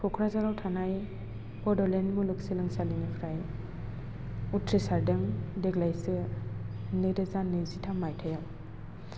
क'क्राझाराव थानाय बड'लेण्ड मुलुग सोलोंसालिनिफ्राइ उथ्रिसारदों देग्लायसो नैरोजा नैजिथाम मायथाइआव